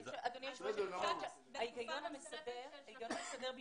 ההיגיון המסתבר,